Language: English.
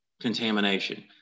contamination